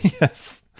Yes